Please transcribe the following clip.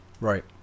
Right